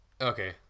Okay